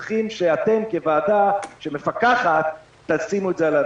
וצריך שאתם כוועדה שמפקחת תשימו את זה על השולחן.